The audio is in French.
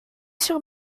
sur